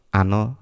ano